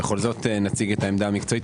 בכל זאת נציג את העמדה המקצועית,